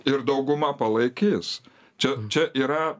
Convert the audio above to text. ir dauguma palaikys čia čia yra